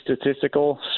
statistical